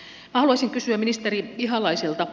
minä haluaisin kysyä ministeri ihalaiselta